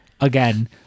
again